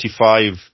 25